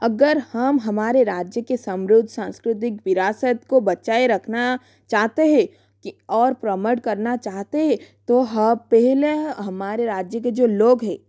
अगर हम हमारे राज्य के समृद्ध सांस्कृदिक विरासत को बचाए रखना चाहते हैं की और प्रमाण करना चाहते है तो हम पहले हमारे राज्य के जो लोग है